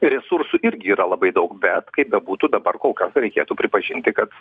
resursų irgi yra labai daug bet kaip bebūtų dabar kol kas reikėtų pripažinti kad